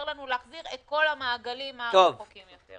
לנו להחזיר את כל המעגלים הרחוקים יותר.